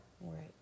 right